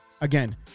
again